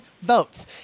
votes